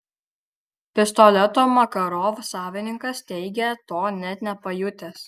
pistoleto makarov savininkas teigia to net nepajutęs